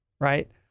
Right